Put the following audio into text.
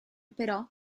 però